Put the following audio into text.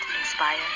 inspire